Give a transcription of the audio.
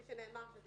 כפי שנאמר פה,